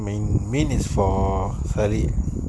mane is for சரி:sari